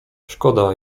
szkoda